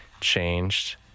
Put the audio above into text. changed